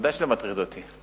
ודאי שזה מטריד אותי.